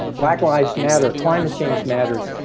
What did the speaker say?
black lives matter, climate change matters.